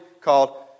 called